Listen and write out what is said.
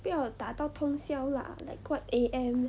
不要打到通宵 lah like what A_M